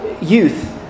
youth